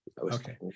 Okay